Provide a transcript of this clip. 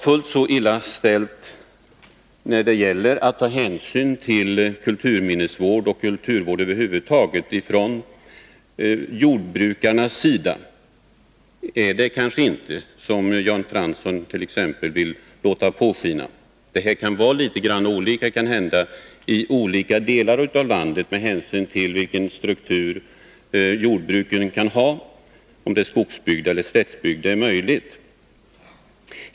Fullt så illa ställt som Jan Fransson vill låta påskina när det gäller jordbrukarnas sätt att ta hänsyn med avseende på kulturminnesvård och kulturvård över huvud taget är det kanske inte. Det kan naturligtvis vara litet olika med den saken i skilda delar av landet med hänsyn till jordbrukets struktur, dvs. om det är skogsbygd eller slättbygd.